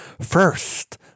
First